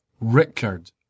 Richard